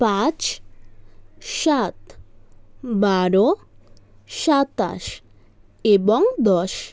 পাঁচ সাত বারো সাতাশ এবং দশ